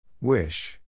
Wish